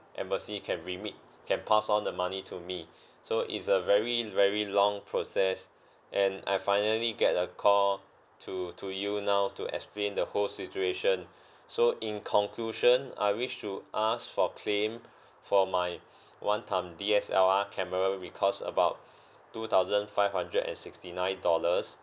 embassy can remit can pass on the money to me so it's a very very long process and I finally get a call to to you now to explain the whole situation so in conclusion I wish to ask for claim for my one time D_S_L_R camera it cost about two thousand five hundred and sixty nine dollars